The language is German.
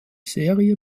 serie